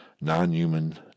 non-human